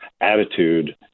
attitude